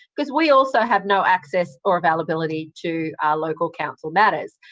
because we also have no access or availability to local council matters.